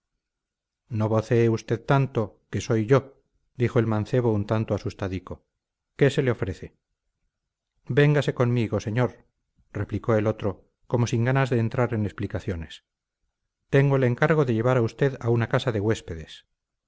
no vocee usted tanto que soy yo dijo el mancebo un tanto asustadico qué se le ofrece véngase conmigo señor replicó el otro como sin ganas de entrar en explicaciones tengo el encargo de llevar a usted a una casa de huéspedes